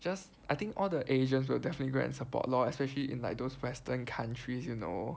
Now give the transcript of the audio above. just I think all the Asians will definitely go and support lor especially in like those Western countries you know